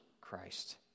Christ